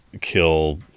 kill